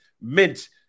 Mint